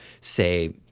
say